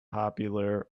popular